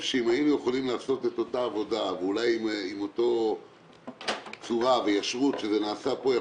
אם היינו יכולים לעשות אותה עבודה ואולי באותה צורה ויושר שנעשו פה,